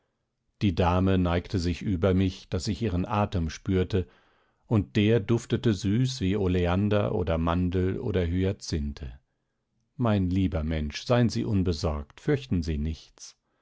die dame neigte sich über mich daß ich ihren atem spürte und der duftete süß wie oleander oder mandel oder hyazinthe mein lieber mensch seien sie unbesorgt fürchten sie nichts